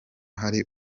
hari